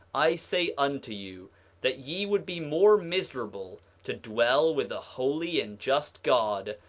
i say unto you that ye would be more miserable to dwell with a holy and just god,